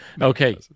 Okay